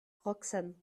roxane